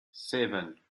seven